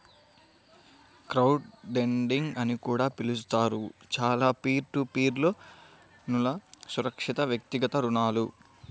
crowdlending అని కూడా పిలుస్తారు, చాలా పీర్ టు పీర్ లోన్లుఅసురక్షితవ్యక్తిగత రుణాలు